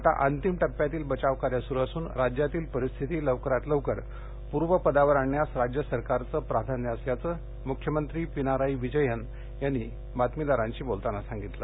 आता अंतिम टप्प्यातील बचावकार्य सुरू असून राज्यातील परिस्थिती लवकरात लवकर पूर्वपदावर आणण्यास राज्य सरकारचं प्राधान्य असल्याचं मुख्यमंत्री पिनारायी विजयन यांनी पत्रकारांशी बोलताना सांगितलं